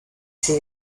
ses